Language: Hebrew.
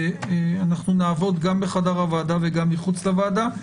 אנחנו נעבוד גם בחדר הוועדה וגם מחוץ לוועדה.